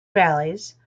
valleys